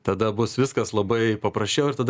tada bus viskas labai paprasčiau ir tada